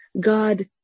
God